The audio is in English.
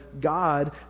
God